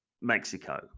Mexico